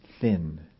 thin